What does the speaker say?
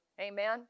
amen